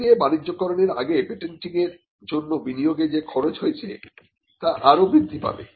এতে বাণিজ্যকরনের আগে পেটেন্টিংয়ের জন্য বিনিয়োগে যে খরচ হয়েছে তা আরো বৃদ্ধি পাবে